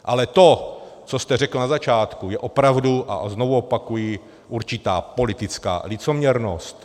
Ale to, co jste řekl na začátku, je opravdu, a znovu opakuji, určitá politická licoměrnost.